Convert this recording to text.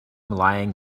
lying